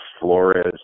Flores